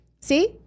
See